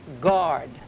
guard